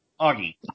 Augie